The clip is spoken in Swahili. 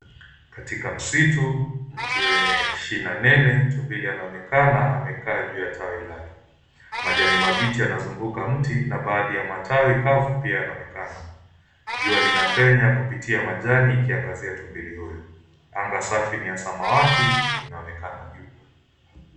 Katika msitu , miti wenye shina nene tumbili anaonekana amekaa juu ya tawi lake. Majani mabichi yanazunguka mti na baadhi ya matawi kavu pia yanaonekana. Jua lina penya kupitia majani ikiangazia tumbili huyu. Anga safi ni ya samawati inaonekana juu.